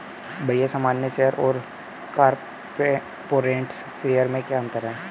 भैया सामान्य शेयर और कॉरपोरेट्स शेयर में क्या अंतर है?